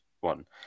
one